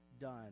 done